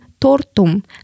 tortum